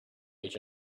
each